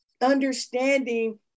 understanding